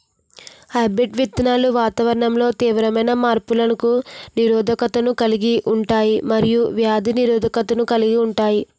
hybrid విత్తనాలు వాతావరణంలో తీవ్రమైన మార్పులకు నిరోధకతను కలిగి ఉంటాయి మరియు వ్యాధి నిరోధకతను కలిగి ఉంటాయి